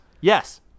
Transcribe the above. Yes